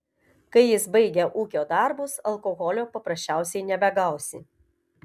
kai jis baigia ūkio darbus alkoholio paprasčiausiai nebegausi